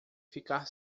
ficar